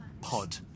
pod